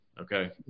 okay